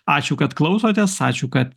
ačiū kad klausotės ačiū kad